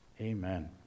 Amen